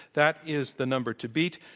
that is the number to beat.